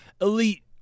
elite